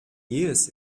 jähes